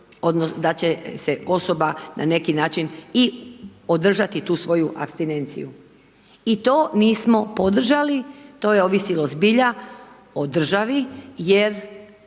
da će se osoba na neki način i održati tu svoju apstinenciju. I to nismo podržali, to je ovisilo zbilja o državi jer